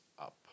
up